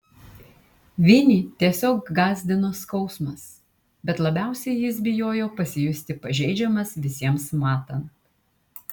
vinį tiesiog gąsdino skausmas bet labiausiai jis bijojo pasijusti pažeidžiamas visiems matant